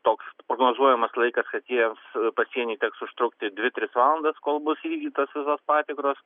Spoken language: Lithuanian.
toks prognozuojamas laikas kad jiems pasieny teks užtrukti dvi tris valandas kol bus įvykdytos visos patikros